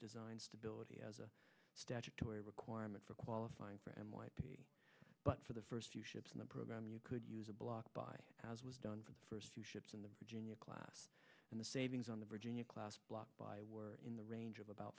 design stability as a statutory requirement for qualifying for m y p but for the first few ships in the program you could use a block by as was done for the first two ships in the virginia class and the savings on the virginia class block by were in the range of about